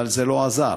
אבל זה לא עזר.